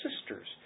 sisters